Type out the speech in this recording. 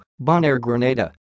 Bonaire-Grenada